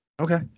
Okay